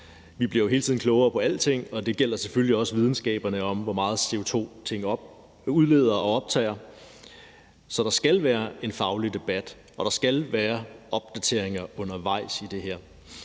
Vi bliver jo hele tiden klogere på alting, og det gælder selvfølgelig også videnskaberne om mængderne af CO2 i forbindelse med udledning og optag. Så der skal være en faglig debat, og der skal være opdateringer undervejs i det her.